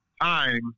time